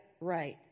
right